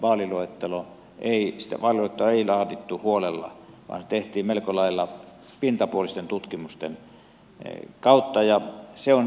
alun perinkään vaaliluetteloa ei laadittu huolella vaan se tehtiin melko lailla pintapuolisten tutkimusten kautta ja se on johtanut tähän vääristymiseen